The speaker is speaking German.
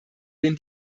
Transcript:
den